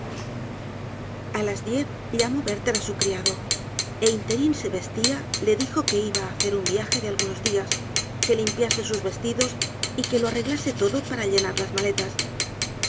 las diez llamó werther á su criado é ínterin se veslia le dijo que iba á hacer un viaje de algunos dias que limpiase sus vestidos y que lo arreglase todo para llenar las maletas